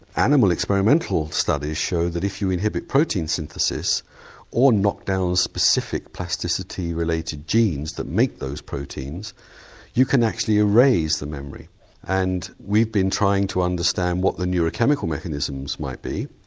animal experimental studies show that if you inhibit protein synthesis or knock down specific plasticity related genes that make those proteins you can actually erase the memory and we've been trying to understand what the neurochemical mechanisms might be.